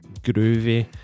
groovy